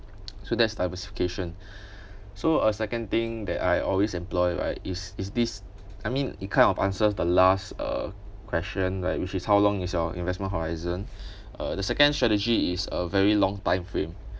so that's diversification so a second thing that I always employ right is is this I mean it kind of answers the last uh question right which is how long is your investment horizon uh the second strategy is a very long time frame